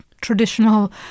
traditional